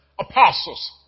apostles